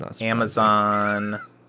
Amazon